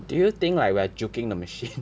do you think like we're juking the machine